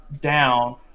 down